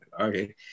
Okay